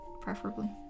preferably